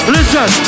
Listen